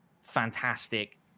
fantastic